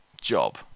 job